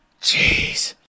jeez